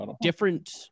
different